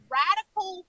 radical